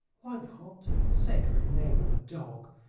why not? sacred name of a dog,